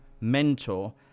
mentor